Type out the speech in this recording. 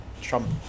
Trump